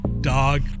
dog